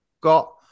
got